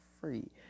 free